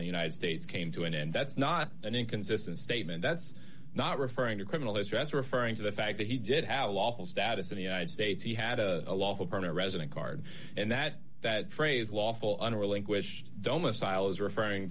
in the united states came to an end that's not an inconsistent statement that's not referring to criminal history as referring to the fact that he did have a lawful status in the united states he had a lawful permanent resident card and that that phrase lawful